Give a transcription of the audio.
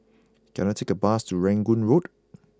can I take a bus to Rangoon Road